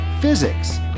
physics